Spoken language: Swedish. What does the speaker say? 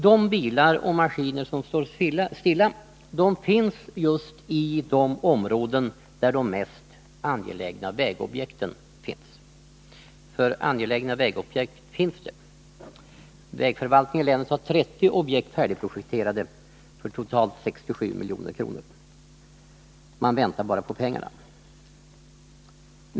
De bilar och maskiner som står stilla finns just i de områden där de mest angelägna vägobjekten finns. Och angelägna vägobjekt finns det. Vägförvaltningen i länet har 30 objekt färdigprojekterade för totalt 67 milj.kr. Man väntar bara på pengarna.